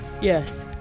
yes